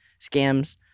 scams